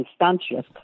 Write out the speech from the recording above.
Constantius